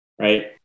right